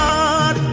God